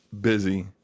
Busy